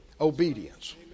obedience